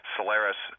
Solaris